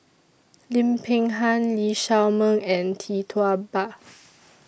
Lim Peng Han Lee Shao Meng and Tee Tua Ba